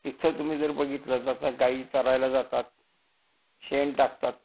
तिथं तुम्ही जर बघितलं त्याचा गायी चरायला जातात शेण टाकतात